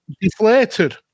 deflated